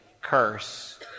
curse